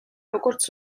როგორც